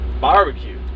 Barbecue